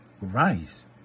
rise